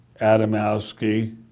Adamowski